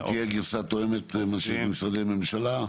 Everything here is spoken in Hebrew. שהיא תהיה גרסה תואמת מה שיש במשרדי ממשלה?